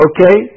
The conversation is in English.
Okay